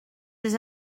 des